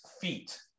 feet